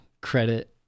credit